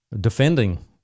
defending